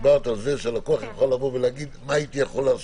על כך שהלקוח יכול לבוא ולהגיד מה הייתי יכול לעשות.